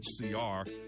hcr